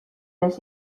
les